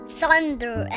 thunder